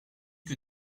que